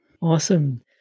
Awesome